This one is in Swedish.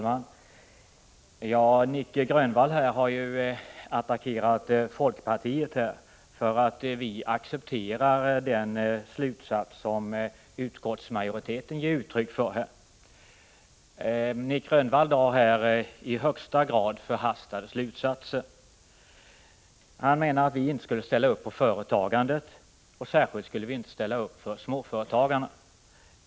Herr talman! Nic Grönvall har attackerat folkpartiet för att vi har accepterat det ställningstagande som utskottsmajoriteten redovisat i betänkandet. Han drar emellertid i högsta grad förhastade slutsatser. Han menar att vi inte skulle ställa upp för företagarna, i synnerhet inte för småföretagarna.